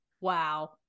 Wow